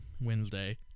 Wednesday